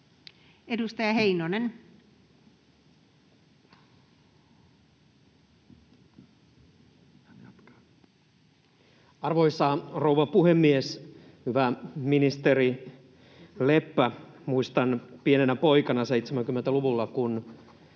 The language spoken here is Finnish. Edustaja Heinonen. Arvoisa rouva puhemies! Hyvä ministeri Leppä! Muistan, kun olin pieni poika 70-luvulla ja